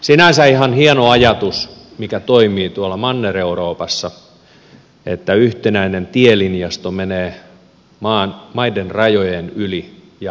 sinänsä ihan hieno ajatus mikä toimii tuolla manner euroopassa että yhtenäinen tielinjasto menee maiden rajojen yli ja liikenne toimii paremmin